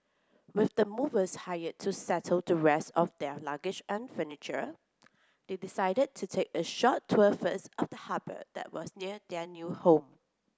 with the movers hired to settle the rest of their luggage and furniture they decided to take a short tour first of the harbour that was near their new home